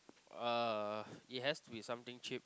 uh it has to be something cheap